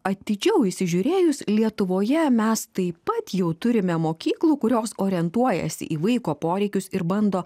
atidžiau įsižiūrėjus lietuvoje mes taip pat jau turime mokyklų kurios orientuojasi į vaiko poreikius ir bando